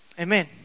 Amen